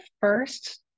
first